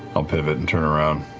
i'll pivot and turn around.